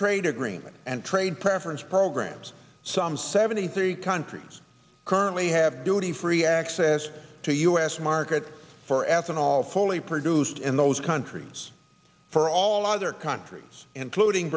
trade agreement and trade preference programs some seventy three countries currently have duty free access to u s markets for ethanol fully produced in those countries for all other countries including